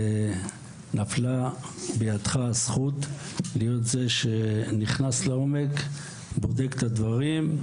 נפלה בידך הזכות להיות זה שנכנס לעומק ובודק את הדברים,